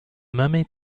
mermaid